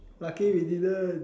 lucky we didn't